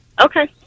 okay